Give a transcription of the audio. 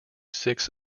six